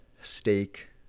steak